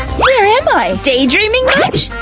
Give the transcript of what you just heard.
where am i? daydreaming much?